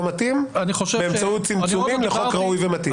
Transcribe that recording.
מתאים באמצעות צמצומים לחוק ראוי ומתאים?